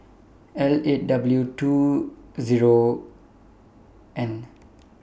L eight W two Zero N